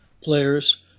players